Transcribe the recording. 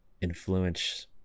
influence